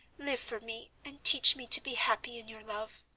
live for me, and teach me to be happy in your love.